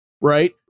right